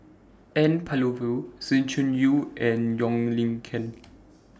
N Palanivelu Sng Choon Yee and Wong Lin Ken